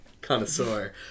connoisseur